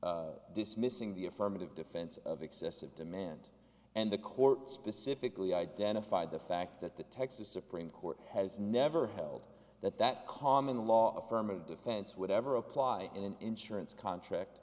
motion dismissing the affirmative defense of excessive demand and the court specifically identified the fact that the texas supreme court has never held that that common law affirmative defense would ever apply in an insurance contract